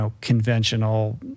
conventional